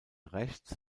rechts